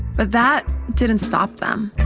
but that didn't stop them